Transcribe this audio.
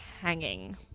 hanging